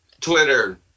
Twitter